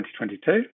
2022